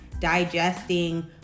digesting